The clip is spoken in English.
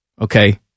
okay